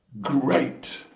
great